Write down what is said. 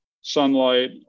sunlight